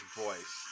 voice